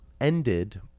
ended